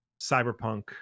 Cyberpunk